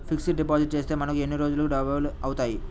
Fixed deposit చేస్తే మనకు ఎన్ని రోజులకు డబల్ అవుతాయి?